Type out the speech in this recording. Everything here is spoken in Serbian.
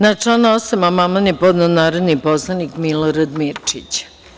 Na član 8. amandman je podne narodni poslenik Milorad Mirčić.